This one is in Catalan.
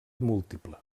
múltiple